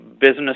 business